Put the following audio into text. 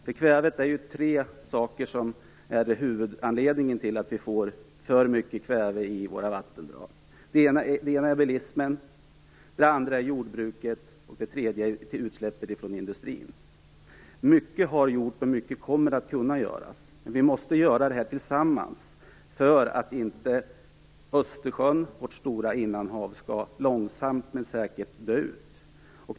Det är tre saker som är huvudanledningen till att vi får för mycket kväve i våra vattendrag. Det första är bilismen, det andra är jordbruket och det tredje är utsläppet från industrin. Mycket har gjorts och mycket kommer att kunna göras. Men vi måste göra det tillsammans för att inte Östersjön, vårt stora innanhav, långsamt men säkert skall dö ut.